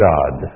God